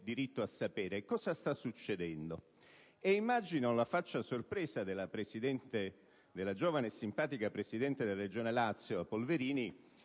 diritto a sapere cosa sta succedendo, e immagino la faccia sorpresa della giovane e simpatica presidente della Regione Lazio Polverini,